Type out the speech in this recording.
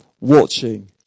watching